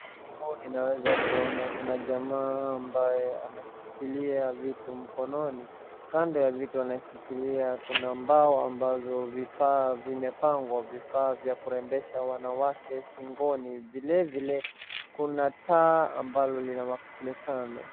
Mbele yangu ninaweza kuona kuna jamaa ambaye anashikilia vitu mkononi, kando ya vitu anashikilia kuna mbao ambazo vifaa vimepangwa, vifaa vya kurembesha wanawake shingoni, vilevile kuna taa ambalo linamulika kule kando.